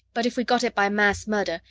but if we got it by mass murder,